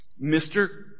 Mr